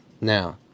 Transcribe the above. Now